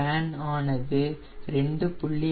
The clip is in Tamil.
ஸ்பேன் ஆனது 2